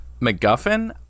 MacGuffin